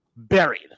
Buried